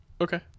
Okay